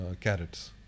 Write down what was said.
carrots